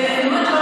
הצבעתי,